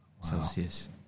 Celsius